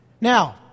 Now